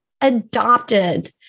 adopted